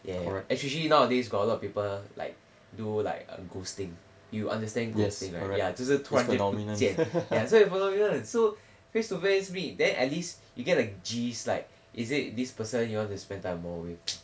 ya especially nowadays got a lot of people like do like err ghosting you understand ghosting right ya 就是突然间不见 ya so face to face meet then at least you get the gist like is it this person you want to spend time more with